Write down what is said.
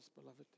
beloved